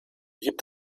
gibt